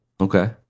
Okay